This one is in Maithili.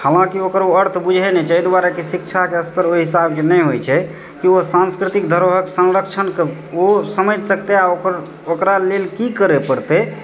हालाँकि ओकर ओ अर्थ बुझै नहि छै एहि दुआरे कि शिक्षाके स्तर ओहि हिसाबके नहि होइत छै कि ओ सांस्कृतिक धरोहरकेँ संरक्षण कऽ ओ समझि सकतै आओर ओ ओकरा लेल की करै पड़तै